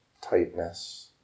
tightness